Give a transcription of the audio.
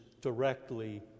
directly